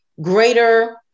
greater